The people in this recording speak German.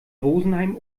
rosenheim